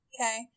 Okay